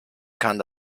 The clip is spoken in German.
kann